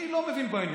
אני לא מבין בעניין,